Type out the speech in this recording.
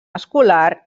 escolar